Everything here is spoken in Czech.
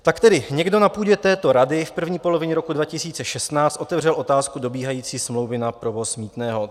Tak tedy někdo na půdě této rady v první polovině roku 2016 otevřel otázku dobíhající smlouvy na provoz mýtného.